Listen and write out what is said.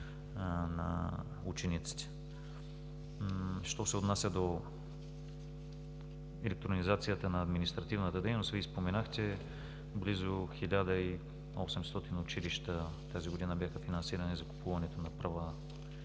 на учениците. Що се отнася до електронизацията на административната дейност, Вие споменахте, близо 1800 училища тази година бяха финансирани за купуването на права